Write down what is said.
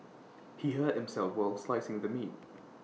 he hurt himself while slicing the meat